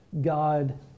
God